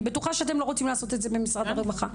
אני בטוחה שאתם לא רוצים לעשות את זה במשרד הרווחה.